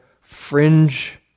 fringe